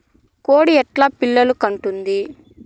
కోడి ఎట్లా పిల్లలు కంటుంది?